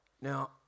Now